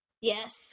Yes